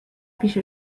پیش